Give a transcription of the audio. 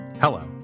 Hello